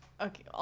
Okay